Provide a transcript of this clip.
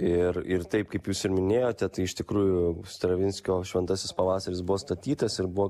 ir ir taip kaip jūs ir minėjote tai iš tikrųjų stravinskio šventasis pavasaris buvo statytas ir buvo